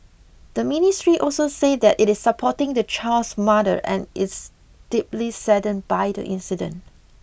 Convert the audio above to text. the Ministry also said that it is supporting the child's mother and is deeply saddened by the incident